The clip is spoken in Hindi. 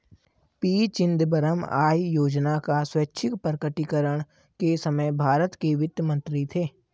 पी चिदंबरम आय योजना का स्वैच्छिक प्रकटीकरण के समय भारत के वित्त मंत्री थे